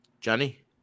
Johnny